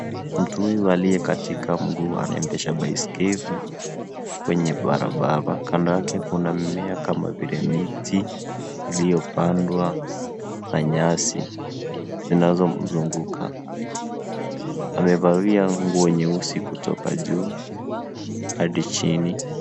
Mtu huyu aliye katika miguu anaendesha baiskeli kwenye barabara. Kando yake mimea kama vile miti iliyopandwa na nyasi zinazomzunguka. Amevalia nguo nyeusi kutoka juu hadi chini.